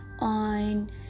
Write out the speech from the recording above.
on